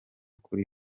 kuri